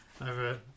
over